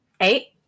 eight